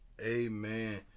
Amen